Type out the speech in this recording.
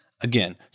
Again